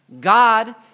God